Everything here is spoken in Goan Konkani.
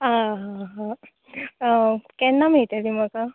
आं हां हां केन्ना मेळटली म्हाका